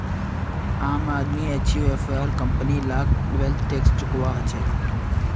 आम आदमी एचयूएफ आर कंपनी लाक वैल्थ टैक्स चुकौव्वा हछेक